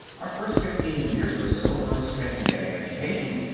our first fifteen years or so were spent in getting education.